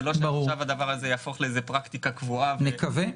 זה לא שעכשיו הדבר הזה יהפוך לאיזושהי פרקטיקה קבועה -- נקווה.